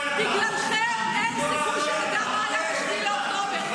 בגללכם אין סיכוי שנדע מה היה ב-7 באוקטובר.